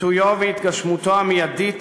עיתויו והתגשמותו המיידית